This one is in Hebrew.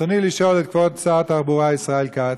ברצוני לשאול את כבוד שר התחבורה ישראל כץ: